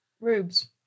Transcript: Rubes